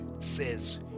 says